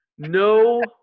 No